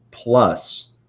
plus